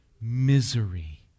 misery